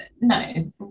no